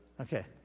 Okay